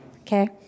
okay